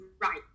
Right